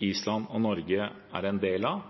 Island og Norge er en del av.